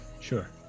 Sure